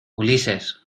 ulises